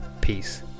Peace